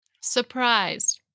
surprised